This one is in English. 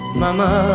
mama